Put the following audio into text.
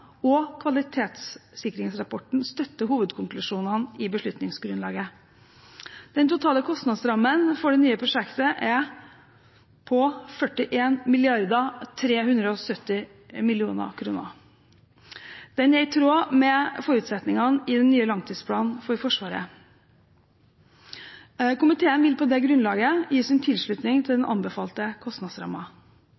og kvalitetssikringsrapporten støtter hovedkonklusjonene i beslutningsgrunnlaget. Den totale kostnadsrammen for det nye prosjektet er på 41 370 mill. kr. Den er i tråd med forutsetningene i den nye langtidsplanen for Forsvaret. Komiteen vil på det grunnlaget gi sin tilslutning til den